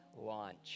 launch